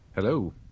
Hello